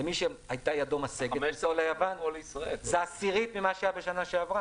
למי שידו הייתה משגת זה עשירית ממה שהיה בשנה שעברה.